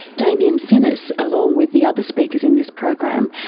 damien finniss, along with the other speakers in this program,